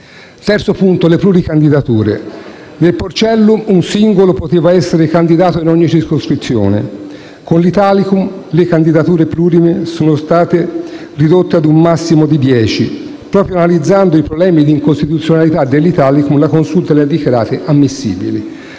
terzo punto riguarda le pluricandidature. Nel Porcellum un singolo poteva essere candidato in ogni circoscrizione; con l'Italicum le candidature plurime sono state ridotte un massimo di dieci. Proprio analizzando i problemi di incostituzionalità dell'Italicum, la Consulta le ha dichiarate ammissibili.